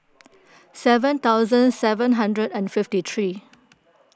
seven thousand seven hundred and fifty three